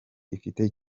ifite